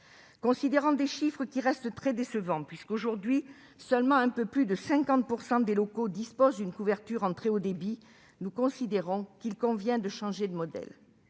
financement. Ces chiffres étant très décevants- aujourd'hui seuls un peu plus de 50 % des locaux disposent d'une couverture en très haut débit -, nous considérons qu'il convient de changer de modèle.